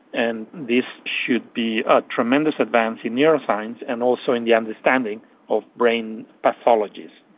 and this should be a tremendous advance in neuroscience and also in the understanding of brain pathologies.